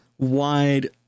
Wide